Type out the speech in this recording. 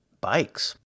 Bikes